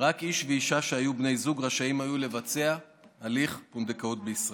רק איש ואישה שהיו בני זוג היו רשאים לבצע הליך פונדקאות בישראל.